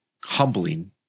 humbling